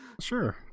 Sure